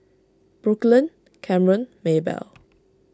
Brooklynn Camron Maybell